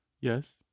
Yes